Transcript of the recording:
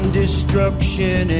destruction